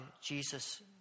Jesus